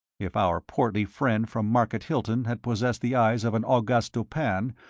if our portly friend from market hilton had possessed the eyes of an auguste dupin,